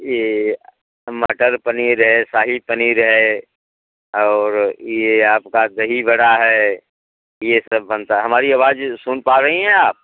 ये मटर पनीर है शाही पनीर है और ये आपका दही बड़ा है ये सब बनता है हमारी आवाज सुन पा रही हैं आप